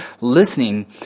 listening